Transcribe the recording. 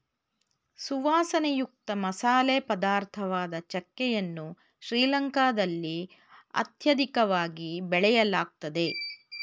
ಸುವಾಸನೆಯುಕ್ತ ಮಸಾಲೆ ಪದಾರ್ಥವಾದ ಚಕ್ಕೆ ಯನ್ನು ಶ್ರೀಲಂಕಾದಲ್ಲಿ ಅತ್ಯಧಿಕವಾಗಿ ಬೆಳೆಯಲಾಗ್ತದೆ